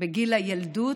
בגיל הילדות,